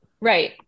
Right